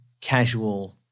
casual